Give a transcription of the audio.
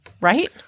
Right